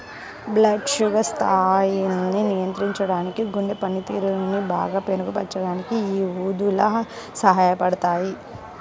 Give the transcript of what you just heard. blood sugar స్థాయిల్ని నియంత్రించడానికి, గుండె పనితీరుని బాగా మెరుగుపరచడానికి యీ ఊదలు సహాయపడతయ్యి